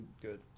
good